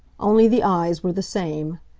only the eyes were the same.